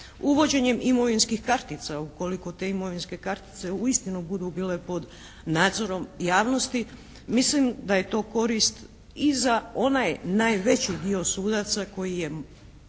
Uvođenjem imovinskih kartica ukoliko te imovinske kartice uistinu budu bile pod nadzorom javnosti mislim da je to korist i za onaj najveći dio sudaca koji je